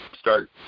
start